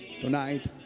tonight